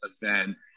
event